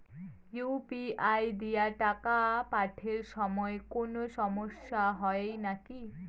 UPI দিয়া টাকা পাঠের সময় কোনো সমস্যা হয় নাকি?